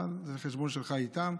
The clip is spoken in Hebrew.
אבל זה החשבון שלך איתם.